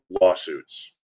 lawsuits